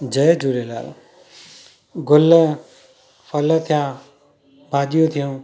जय झूलेलाल गुल फल थिया भाॼियूं थियूं